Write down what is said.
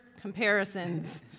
comparisons